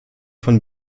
von